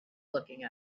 looking